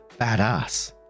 badass